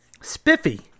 Spiffy